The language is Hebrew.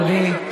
אדוני.